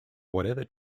whatever